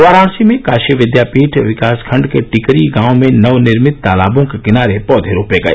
वाराणसी में काशी विद्यापीठ विकासखंड के टिकरी गांव में नवनिर्मित तालाबों के किनारे पौधे रोपे गए